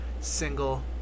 single